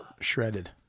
shredded